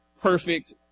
perfect